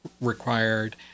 required